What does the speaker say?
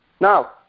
Now